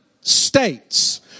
States